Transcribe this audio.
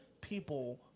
people